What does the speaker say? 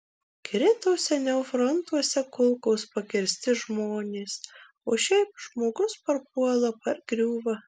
krito seniau frontuose kulkos pakirsti žmonės o šiaip žmogus parpuola pargriūva